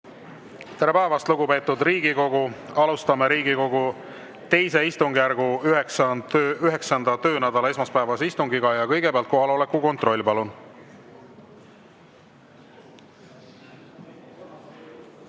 Tere päevast, lugupeetud Riigikogu! Alustame Riigikogu II istungjärgu 9. töönädala esmaspäevast istungit. Kõigepealt kohaloleku kontroll, palun!